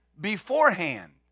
beforehand